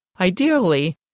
Ideally